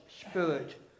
spirit